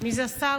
מי זה השר?